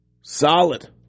solid